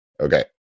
Okay